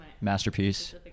masterpiece